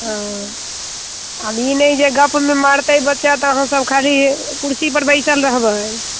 ओ आब ई नहि जे गपमे पड़तै बच्चा तऽ अहाँ सब खाली कुर्सी पर बैसल रहबै